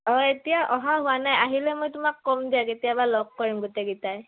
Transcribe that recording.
অঁ এতিয়া অহা হোৱা নাই আহিলে মই তোমাক কম দিয়া কেতিয়াবা লগ কৰিম গোটেইকেইটাই